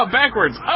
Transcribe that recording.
backwards